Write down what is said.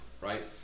right